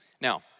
Now